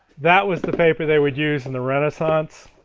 that was the paper they would use in the renaissance,